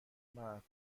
مرد